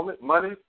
money